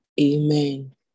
Amen